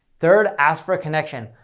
third, ask for a connection.